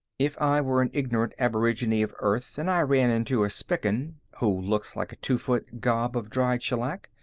if i were an ignorant aborigine of earth and i ran into a spican, who looks like a two-foot gob of dried shellac,